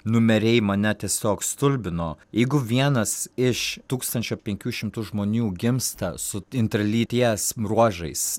numeriai mane tiesiog stulbino jeigu vienas iš tūkstančio penkių šimtų žmonių gimsta su inter lyties bruožais